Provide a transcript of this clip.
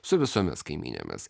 su visomis kaimynėmis